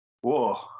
Whoa